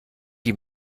die